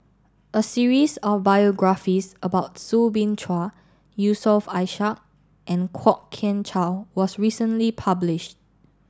a series of biographies about Soo Bin Chua Yusof Ishak and Kwok Kian Chow was recently published